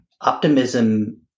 Optimism